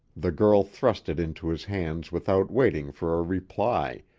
the girl thrust it into his hands without waiting for a reply,